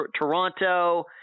Toronto